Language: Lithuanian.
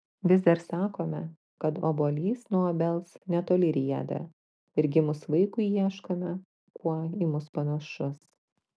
vis dar sakome kad obuolys nuo obels netoli rieda ir gimus vaikui ieškome kuo į mus panašus